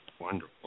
Wonderful